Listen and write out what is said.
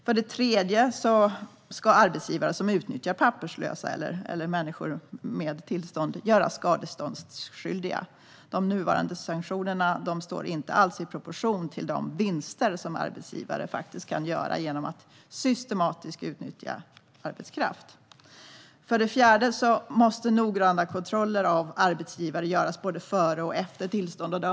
För det tredje ska arbetsgivare som utnyttjar papperslösa eller människor med tillstånd göras skadeståndsskyldiga. De nuvarande sanktionerna står inte alls i proportion till de vinster som arbetsgivare faktiskt kan göra genom att systematiskt utnyttja arbetskraft. För det fjärde måste noggranna kontroller av arbetsgivare göras både före och efter tillstånd.